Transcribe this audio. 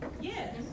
Yes